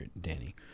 Danny